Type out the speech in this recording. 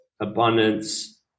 abundance